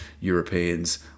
Europeans